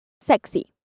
sexy